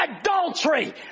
adultery